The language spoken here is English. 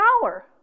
power